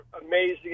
amazing